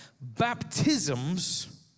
Baptisms